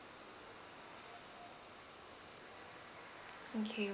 okay